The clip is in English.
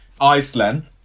iceland